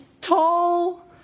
tall